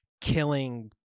killing